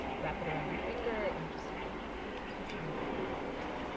wrap it around your finger and just sort of catch any of the fallout there.